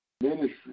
Ministry